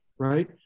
Right